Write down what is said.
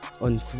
on